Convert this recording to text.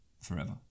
forever